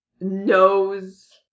knows